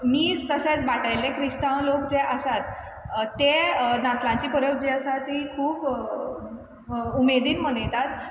नीज तशेंच बाटयल्ले क्रिस्तांव लोक जे आसात ते नातलांची परब जी आसा ती खूब उमेदीन मनयतात